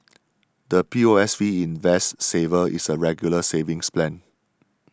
the P O S B Invest Saver is a Regular Savings Plan